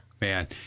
Man